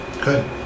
Good